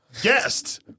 Guest